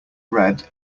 red